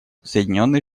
соединенные